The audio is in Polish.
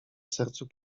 sercu